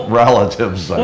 relatives